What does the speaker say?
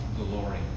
glory